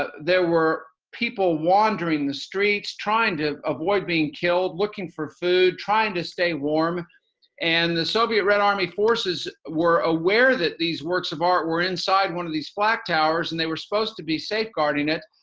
there were people wondering the streets trying to avoid being killed, looking for food, trying to stay warm and the soviet red army forces were aware that these works of art were inside one of these flat towers and they were supposed to be safe guarding it,